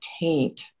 taint